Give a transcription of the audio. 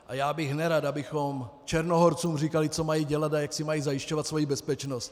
A já bych nerad, abychom Černohorcům říkali, co mají dělat a jak si mají zajišťovat svoji bezpečnost.